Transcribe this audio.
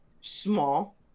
small